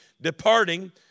departing